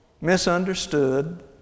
misunderstood